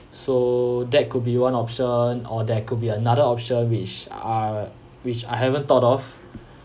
so that could be one option or there could be another option which uh which I haven't thought of